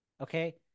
Okay